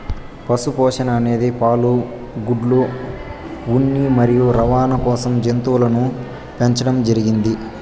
పశు పోషణ అనేది పాలు, గుడ్లు, ఉన్ని మరియు రవాణ కోసం జంతువులను పెంచండం జరిగింది